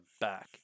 back